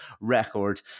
record